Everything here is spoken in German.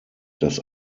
dass